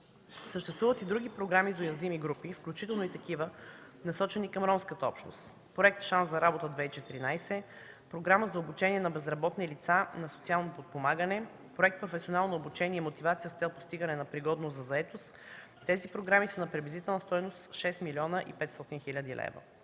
Съществуват и други програми за групи, включително и такива, насочени към ромската общност: „Проект Шанс за работа 2014”, „Програма за обучение на безработни лица на социално подпомагане”, проект „Професионално обучение и мотивация с цел постигане на пригодност за заетост”. Тези програми са на приблизителна стойност 6 млн. 500 хил. лв.